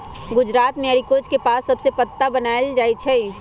गुजरात मे अरिकोच के पात सभसे पत्रा बनाएल जाइ छइ